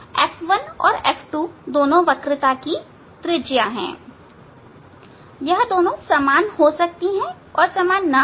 F1 और F2 दोनों वक्रता की त्रिज्या है यह दोनों समान हो सकती हैं या नहीं भी